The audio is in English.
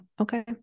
okay